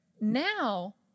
Now